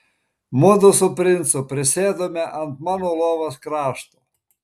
mudu su princu prisėdome ant mano lovos krašto